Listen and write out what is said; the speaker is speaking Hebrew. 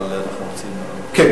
אבל אנחנו רוצים, אדוני,